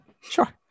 Sure